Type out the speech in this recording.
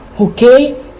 okay